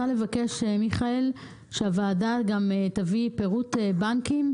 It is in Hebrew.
מבקשת, מיכאל, שהוועדה תביא פירוט בנקים,